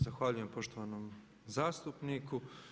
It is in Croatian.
Zahvaljujem poštovanom zastupniku.